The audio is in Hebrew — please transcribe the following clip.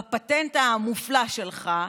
בפטנט המופלא שלך,